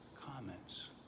comments